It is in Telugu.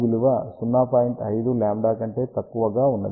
5λ కంటే తక్కువగా ఉన్నది